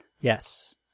Yes